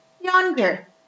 yonder